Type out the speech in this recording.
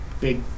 big